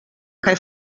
kaj